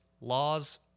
laws